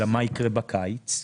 אלא מה יקרה בקיץ.